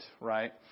right